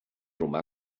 romà